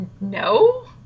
no